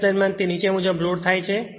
દિવસ દરમિયાન તે નીચે મુજબ લોડ થાય છે